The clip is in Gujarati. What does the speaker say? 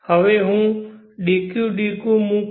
હવે હું dq dq મૂકું